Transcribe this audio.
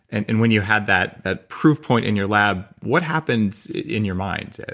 and and when you had that that proof point in your lab what happens in your mind?